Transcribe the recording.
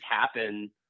happen